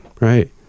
Right